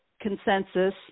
consensus